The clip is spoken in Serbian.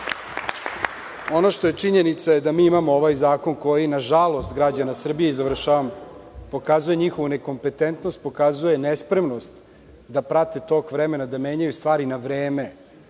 što je činjenica jeste da mi imamo ovaj zakon koji, nažalost građana Srbije, pokazuje njihovu nekompetentnost, pokazuje nespremnost da prate tok vremena, da menjaju stvari na vreme